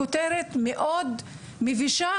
הכותרת מאוד מבישה